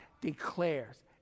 declares